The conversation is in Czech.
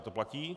To platí?